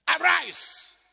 Arise